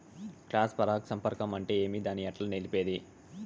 Cross పరాగ సంపర్కం అంటే ఏమి? దాన్ని ఎట్లా నిలిపేది?